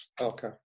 Okay